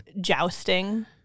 jousting